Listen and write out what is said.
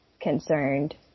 concerned